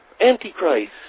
Antichrist